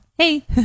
hey